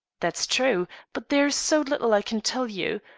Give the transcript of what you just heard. that's true but there is so little i can tell you.